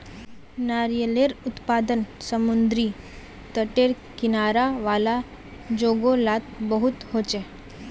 नारियालेर उत्पादन समुद्री तटेर किनारा वाला जोगो लात बहुत होचे